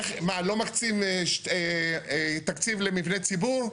מה לא מקצים תקציב למבני ציבור?